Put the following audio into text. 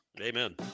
Amen